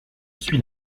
suis